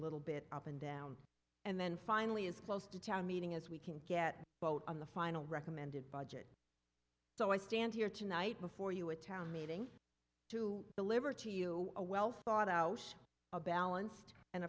little bit up and down and then finally as close to town meeting as we can get vote on the final recommended budget so i stand here tonight before you a town meeting to deliver to you a well thought out a balanced and